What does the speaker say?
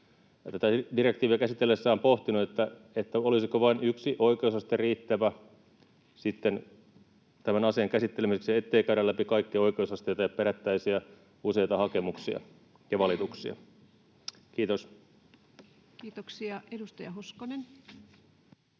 tätä direktiiviä käsitellessään pohtinut, olisiko vain yksi oikeusaste riittävä tämän asian käsittelemiseksi, ettei käydä läpi kaikki oikeusasteita ja useita perättäisiä hakemuksia ja valituksia. — Kiitos. [Speech